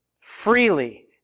freely